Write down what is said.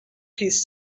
piece